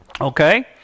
Okay